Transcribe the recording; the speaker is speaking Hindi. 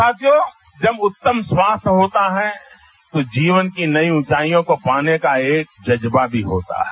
साथियों जब उत्तम स्वास्थ्य होता है तो जीवन की नई ऊंचाईयों को पाने का एक जज्बा भी होता है